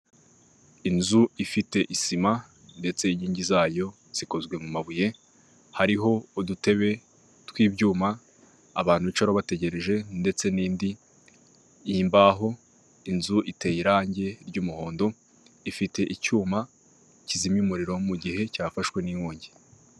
Inzu ifite isima ndetse inkingi zayo zikozwe mu mabuye hariho udutebe tw'ibyuma abantu bicaraho bategereje ndetse n'indi, y'imbaho inzu iteye irangi ry'umuhondo ifite icyuma kizimya umuriro mu gihe cyafashwe n'inkongi.